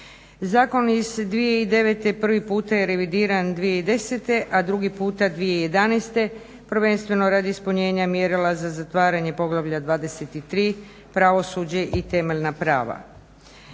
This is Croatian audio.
Zakon iz 2009. prvi puta je revidiran 2010., a drugi puta 2011., prvenstveno radi ispunjenja mjerila za zatvaranje poglavlja 23.-Pravosuđe i temeljna prava.